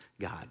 God